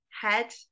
head